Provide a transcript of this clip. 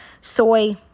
soy